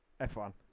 F1